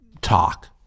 talk